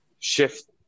shift